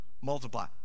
Multiply